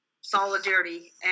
solidarity